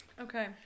Okay